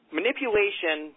manipulation